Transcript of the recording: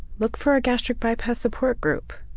look for a gastric bypass support group,